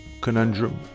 Conundrum